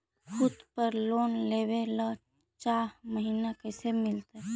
खूत पर लोन लेबे ल चाह महिना कैसे मिलतै?